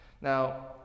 Now